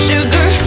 Sugar